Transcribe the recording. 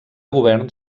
govern